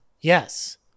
Yes